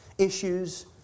Issues